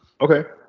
Okay